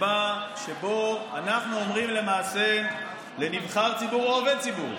שבו למעשה אנחנו אומרים לנבחר ציבור או עובד ציבור: